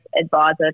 advisor